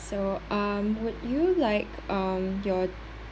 so um would you like um your